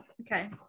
Okay